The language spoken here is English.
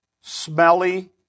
smelly